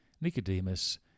Nicodemus